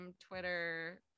Twitter